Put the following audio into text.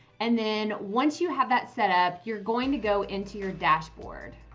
and then once you have that setup, you're going to go into your dashboard.